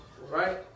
Right